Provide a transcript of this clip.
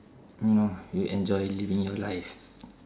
know you enjoy living your life